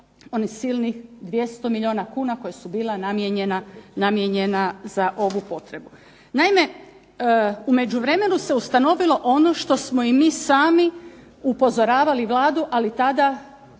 oni silni 200 milijuna kuna koja su bila namijenjena za ovu potrebu. Naime, u međuvremenu se ustanovilo ono što smo i mi sami upozoravali Vladu, ali tada